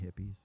Hippies